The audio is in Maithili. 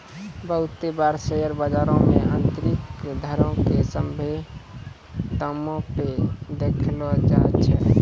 बहुते बार शेयर बजारो मे आन्तरिक दरो के सभ्भे दामो पे देखैलो जाय छै